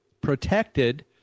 protected